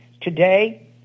Today